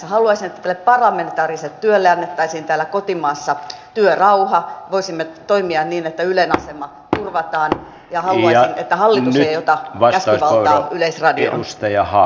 haluaisin että tälle parlamentaariselle työlle annettaisiin täällä kotimaassa työrauha ja voisimme toimia niin että ylen asema turvataan ja haluaisin että hallitus ei ota käskyvaltaa yleisradioon